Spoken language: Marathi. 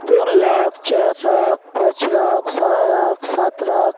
दोन लाख चार लाख पाच लाख सहा लाख सात लाख